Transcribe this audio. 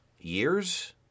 years